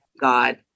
God